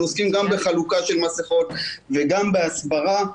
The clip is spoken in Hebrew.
אנחנו עוסקים גם בחוקה של מסכות וגם בהסברה.